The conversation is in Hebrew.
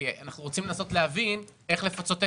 כי אנחנו רוצים לנסות להבין איך לפצות עסק.